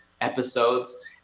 episodes